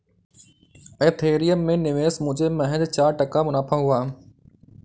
Ethereum में निवेश मुझे महज चार टका मुनाफा हुआ